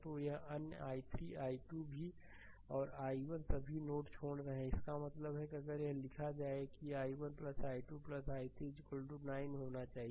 तो और अन्य यह i3 तो i2 और i1 सभी नोड छोड़ रहे हैं इसका मतलब है कि अगर यह लिखा जाए तो यह i1 i2 i3 9 होना चाहिए